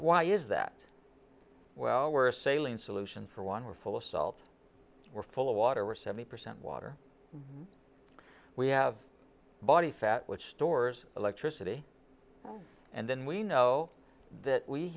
why is that well we're sailing solution for one we're full of salt we're full of water we're seventy percent water we have body fat which stores electricity and then we know that we